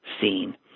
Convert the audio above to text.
seen